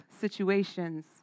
situations